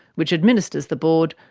which administers the board,